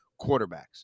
quarterbacks